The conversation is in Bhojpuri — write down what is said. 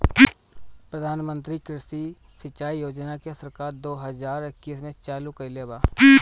प्रधानमंत्री कृषि सिंचाई योजना के सरकार दो हज़ार इक्कीस में चालु कईले बा